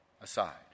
aside